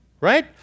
right